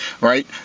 right